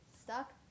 stuck